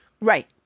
Right